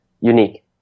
unique